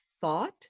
thought